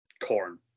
corn